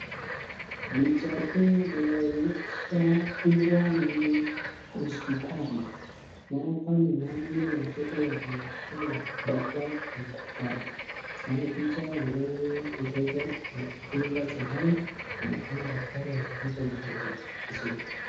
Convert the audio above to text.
Picha hii inaonyesha kuwa ni hospitali. Hapa ni mahali watoto wanapewa dawa na madaktari. Naona picha ambaye mtoto amedungwa sindano, anaonekana daktari anatibu mtoto vizuri.